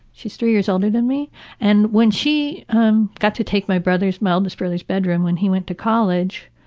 she is three years older than me and when she um got to take my brother's, my oldest brother's bedroom when he went to college,